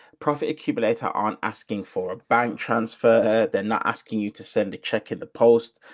profit accumulator, aren't asking for a bank transfer. they're not asking you to send a check in the post,